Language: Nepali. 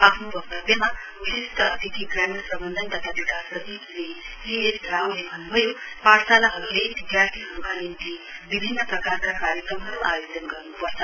आफ्नो वक्तव्यमा विशिष्ट अतिथि ग्रामीण प्रबन्धन तथा विकास सचिव श्री सीएस रावले भन्न् भयो पाठशालाले विदयार्थीहरूका निम्ति विभिन्न प्रकारका कार्यक्रमहरू आयोजना गर्न्पर्छ